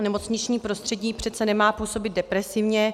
Nemocniční prostředí přece nemá působit depresivně.